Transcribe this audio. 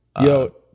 Yo